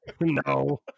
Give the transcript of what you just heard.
no